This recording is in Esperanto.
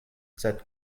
sed